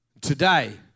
Today